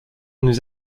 nous